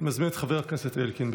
אני מזמין את חבר הכנסת אלקין.